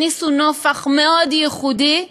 הכניסו נופך ייחודי,